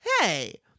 Hey